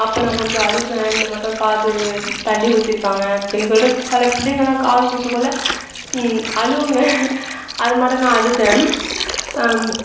அப்போ நான் கொஞ்சம் அழுதேன் இந்த மாட்டோம் காது தள்ளி குத்திருக்காங்க அப்படின் சொல்லிட்டு சில பிள்ளைங்களாம் காது குத்தக்குள்ளே அழுவுங்க அது மாதிரி நான் அழுதேன்